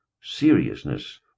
seriousness